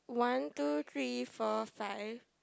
one two three four five